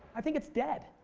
i think it's dead.